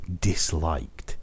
disliked